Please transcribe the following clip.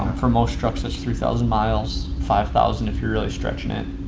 for most trucks, that's three thousand miles, five thousand if you're really stretching it.